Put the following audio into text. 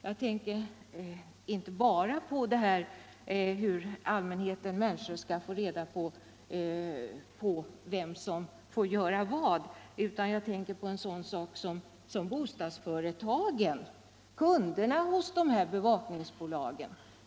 Jag tänker inte bara på hur människor skall få reda på vem som har rätt att göra vad, utan jag tänker också på informationen till bostadsföretagen, kunderna hos bevakningsbolagen.